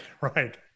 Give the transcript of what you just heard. Right